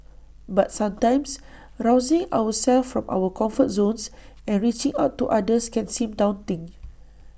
but sometimes rousing ourselves from our comfort zones and reaching out to others can seem daunting